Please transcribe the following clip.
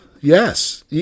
Yes